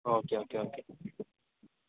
okay okay okay